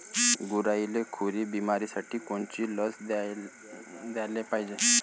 गुरांइले खुरी बिमारीसाठी कोनची लस द्याले पायजे?